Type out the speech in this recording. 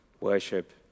worship